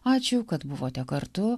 ačiū kad buvote kartu